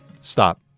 stop